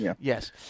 Yes